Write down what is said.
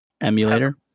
emulator